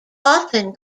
often